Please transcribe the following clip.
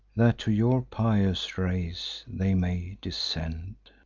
that to your pious race they may descend.